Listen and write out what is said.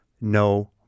no